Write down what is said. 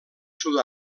sud